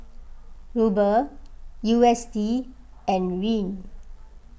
Ruble U S D and Riel